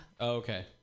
Okay